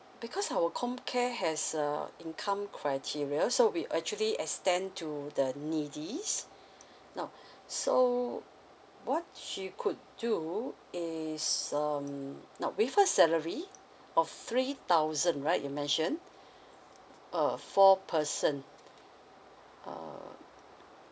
because our comcare has a income criteria so we actually extend to the needies now so what she could do is um now with her salary of three thousand right you mentioned uh four person um